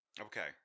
Okay